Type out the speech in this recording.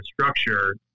structure